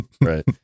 Right